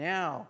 Now